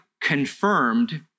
confirmed